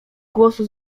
głosu